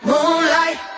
Moonlight